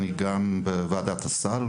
ואני גם בוועדת הסל,